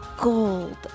gold